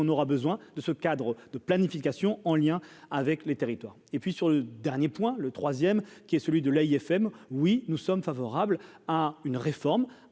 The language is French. aura besoin de ce cadre de planification en lien avec les territoires, et puis sur le dernier point, le troisième qui est celui de l'AFM, oui, nous sommes favorables à une réforme